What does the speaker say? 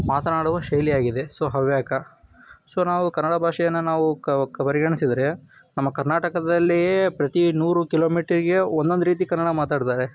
ಮಾತನಾಡುವ ಶೈಲಿಯಾಗಿದೆ so Havyaka so ನಾವು ಕನ್ನಡ ಭಾಷೆಯನ್ನು ನಾವು ಕ ಕ ಪರಿಗಣಿಸಿದ್ರೆ ನಮ್ಮ ಕರ್ನಾಟಕದಲ್ಲಿಯೇ ಪ್ರತಿ ನೂರು ಕಿಲೋಮೀಟ್ರಿಗೇ ಒಂದೊಂದು ರೀತಿ ಕನ್ನಡ ಮಾತಾಡ್ತಾರೆ